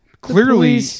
Clearly